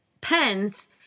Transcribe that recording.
pens